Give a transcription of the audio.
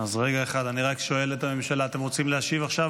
אני רק שואל את הממשלה: אתם רוצים להשיב עכשיו,